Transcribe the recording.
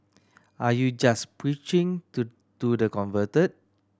are you just preaching to to the converted